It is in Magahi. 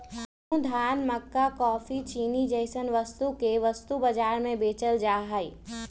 गेंहूं, धान, मक्का काफी, चीनी जैसन वस्तु के वस्तु बाजार में बेचल जा हई